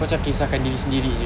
kau cam kesah kan diri sendiri jer